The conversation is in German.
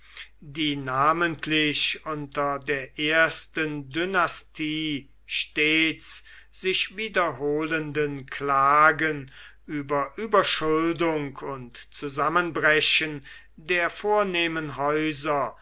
die namentlich unter der ersten dynastie stets sich wiederholenden klagen über überschuldung und zusammenbrechen der vornehmen häuser